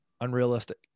unrealistic